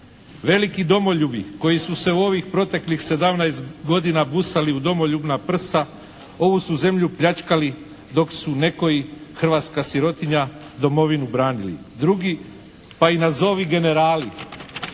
Veliki domoljubi koji su se u ovih proteklih 17 godina busali u domoljubna prsa ovu su zemlju pljačkali dok su nekoji hrvatska sirotinja domovinu branili. Drugi, pa i nazovi generali